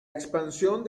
expansión